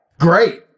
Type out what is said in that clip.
Great